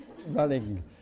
running